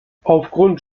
aufgrund